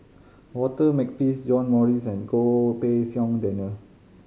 Walter Makepeace John Morrice and Goh Pei Siong Daniel